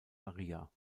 maria